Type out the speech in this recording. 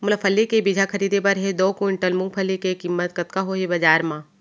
मोला फल्ली के बीजहा खरीदे बर हे दो कुंटल मूंगफली के किम्मत कतका होही बजार म?